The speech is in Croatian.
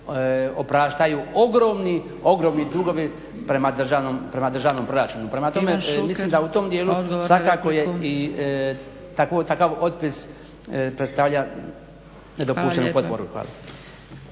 ogromni, ogromni dugovi prema državnom proračunu. Prema tome, mislim da u tom dijelu svakako je i takav otpis predstavlja nedopuštenu potporu.